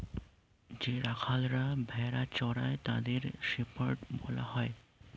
যে রাখালরা ভেড়া চড়ায় তাদের শেপার্ড বলা হয়